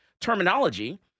terminology